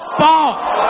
false